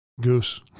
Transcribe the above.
Goose